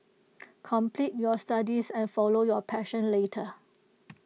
complete your studies and follow your passion later